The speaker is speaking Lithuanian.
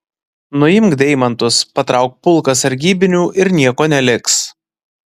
nuimk deimantus patrauk pulką sargybinių ir nieko neliks